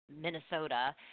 Minnesota